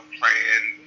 playing